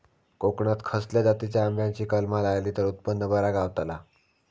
कोकणात खसल्या जातीच्या आंब्याची कलमा लायली तर उत्पन बरा गावताला?